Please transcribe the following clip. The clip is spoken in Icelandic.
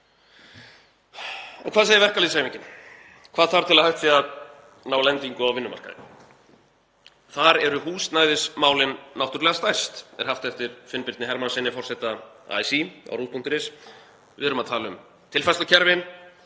En hvað segir verkalýðshreyfingin? Hvað þarf til að hægt sé að ná lendingu á vinnumarkaði? Þar eru húsnæðismálin náttúrlega stærst, er haft eftir Finnbirni Hermannssyni forseta ASÍ á ruv.is. „Við erum að tala um tilfærslukerfin,